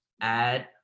add